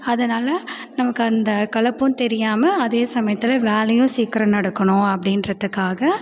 அதனால் நமக்கு அந்த களைப்பும் தெரியாமல் அதே சமயத்தில் வேலையும் சீக்கிரம் நடக்கணும் அப்படின்றதுக்காக